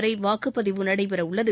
வரை வாக்குப்பதிவு நடைபெறவுள்ளது